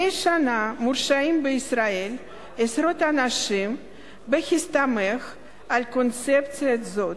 מדי שנה מורשעים בישראל עשרות אנשים בהסתמך על קונספציה זאת.